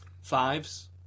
Fives